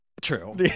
True